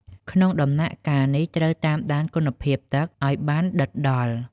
ក្នុងដំណាក់កាលនេះ ត្រូវតាមដានគុណភាពទឹកឲ្យបានដិតដល់។